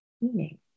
meaning